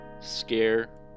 scare